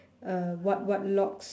uh what what logs